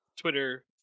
Twitter